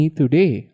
today